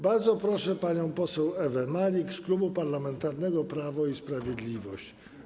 Bardzo proszę panią poseł Ewę Malik z Klubu Parlamentarnego Prawo i Sprawiedliwość.